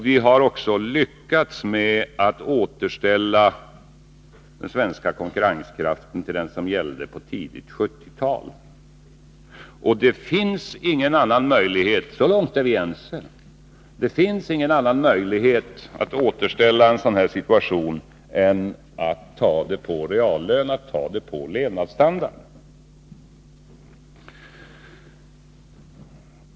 Vi har lyckats med att återställa den svenska konkurrenskraften till den nivå som gällde under tidigt 1970-tal. Det finns ingen annan möjlighet — så långt är vi ense — att återställa en sådan situation än genom att ta det på reallönen, på levnadsstandarden.